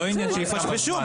שיפשפשו.